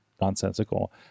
nonsensical